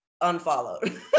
Unfollowed